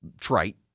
trite